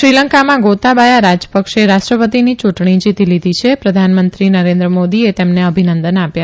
શ્રીલંકામાં ગોતાબાયા રાજપકસે રાષ્ટ્રપતિની યુંટણી જીતી લીધી છે પ્રધાનમંત્રી નરેન્દ્ર મોદીએ તેમને અભિનંદન આપ્યા